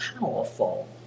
powerful